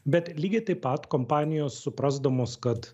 bet lygiai taip pat kompanijos suprasdamos kad